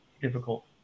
difficult